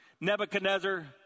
Nebuchadnezzar